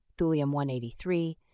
Thulium-183